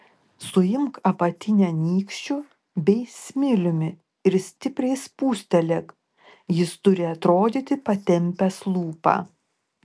suimk apatinę nykščiu bei smiliumi ir stipriai spustelėk jis turi atrodyti patempęs lūpą